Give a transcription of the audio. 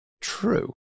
true